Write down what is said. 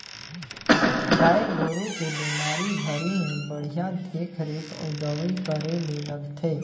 गाय गोरु के बेमारी घरी में बड़िहा देख रेख अउ दवई करे ले लगथे